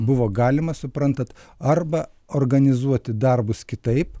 buvo galima suprant arba organizuoti darbus kitaip